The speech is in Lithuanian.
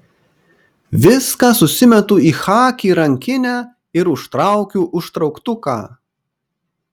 viską susimetu į chaki rankinę ir užtraukiu užtrauktuką